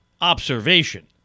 observation